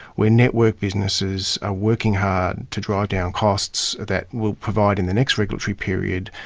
where network businesses are working hard to drive down costs that will provide, in the next regulatory period,